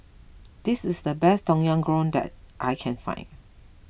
this is the best Tom Yam Goong that I can find